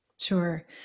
Sure